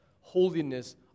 Holiness